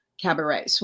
Cabaret